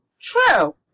True